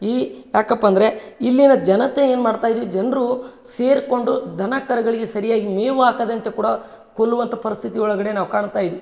ಈ ಯಾಕಪ್ಪ ಅಂದರೆ ಇಲ್ಲಿನ ಜನತೆ ಏನ್ಮಾಡ್ತಾ ಇದೀವಿ ಜನರು ಸೇರಿಕೊಂಡು ದನ ಕರಗಳಿಗೆ ಸರಿಯಾಗಿ ಮೇವು ಹಾಕದಂತೆ ಕೂಡ ಕೊಲ್ಲುವಂಥ ಪರಿಸ್ಥಿತಿಯೊಳಗಡೆ ನಾವು ಕಾಣ್ತಾ ಇದೀವಿ